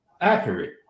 accurate